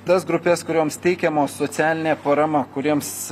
tas grupes kurioms teikiamos socialinė parama kuriems